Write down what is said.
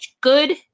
good